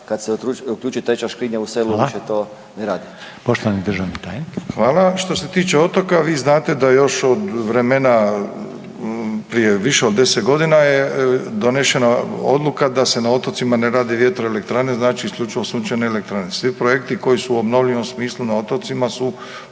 kad se uključi treća škrinja u selu više to neradi. **Reiner, Željko (HDZ)** Poštovani državni tajnik. **Milatić, Ivo** Što se tiče otoka vi znate da još od vremena prije više od 10 godina je donešena odluka da se na otocima ne rade vjetroelektrane znači isključivo sunčane elektrane. Svi projekti koji su u obnovljivom smislu na otocima su